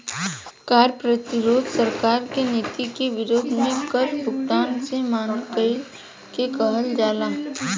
कार्य प्रतिरोध सरकार के नीति के विरोध में कर भुगतान से मना कईला के कहल जाला